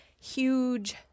huge